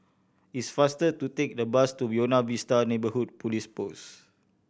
it is faster to take the bus to Buona Vista Neighbourhood Police Post